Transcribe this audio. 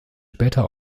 später